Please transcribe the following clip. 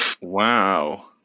Wow